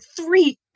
three